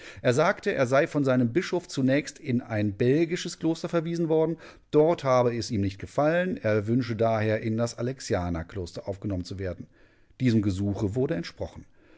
er sagte er sei von seinem bischof zunächst in ein belgisches kloster verwiesen worden dort habe es ihm nicht gefallen er wünsche daher in das alexianerkloster aufgenommen zu werden diesem gesuche wurde entsprochen